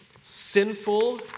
sinful